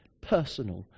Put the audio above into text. personal